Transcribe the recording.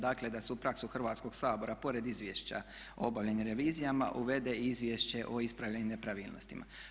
Dakle, da se u praksu Hrvatskog sabora pored izvješća o obavljenim revizijama uvede i izvješće o ispravljenim nepravilnostima.